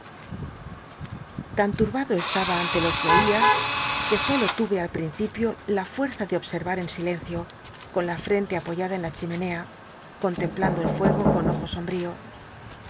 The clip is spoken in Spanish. l'an turbado estaba ante lo que oia que solo tuve al pl'incipio la fuerza de observar en ilencio con la frente apoyada en la chimenea contemplando el fuego con ojo